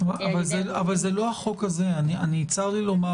אבל זה לא החוק הזה, צר לי לומר.